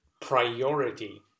priority